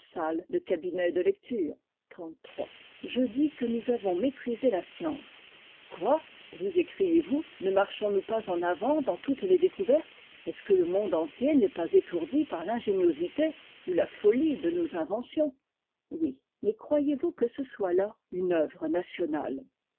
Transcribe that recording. de cabinet de lecture je dis que nous avons méprisé la science quoi vous écriez vous ne marchons-nous pas en avant dans toutes les découvertes est-ce que le monde entier n'est pas étourdi par l'ingéniosité ou la folie de nos inventions oui mais croyez-vous que ce soit là une œuvre nationale